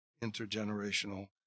intergenerational